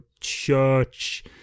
church